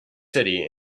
city